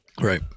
right